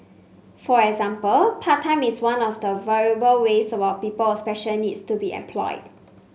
for example part time is one of the viable ways about people with special needs to be employed